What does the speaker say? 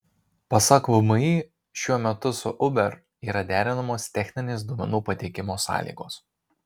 pasak vmi šiuo metu su uber yra derinamos techninės duomenų pateikimo sąlygos